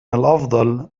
الأفضل